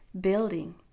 building